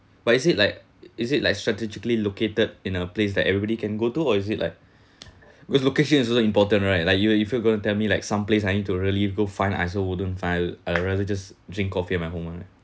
but is it like is it like strategically located in a place that everybody can go to or is it like well location is also important right like you if you're going to tell me like some place I need to really go find I also wouldn't find I rather just drink coffee at my home [one]